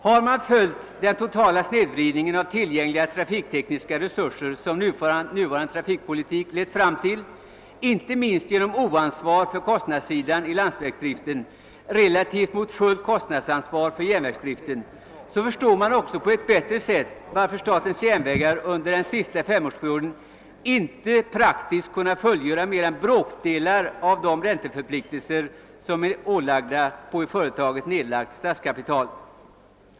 Har man följt den totala snedvridning av tillgängliga trafiktekniska resurser, som nuvarande trafikpolitik lett fram till — inte minst genom oansvarighet för kostnadssidan i landsvägsdriften jämfört med fullt kostnadsansvar för järnvägsdriften — förstår man också på ett bättre sätt varför SJ under den senaste femårsperioden inte praktiskt kunnat fullgöra mer än bråkdelar av ränteförpliktelserna på i företaget nedlagt statskapital.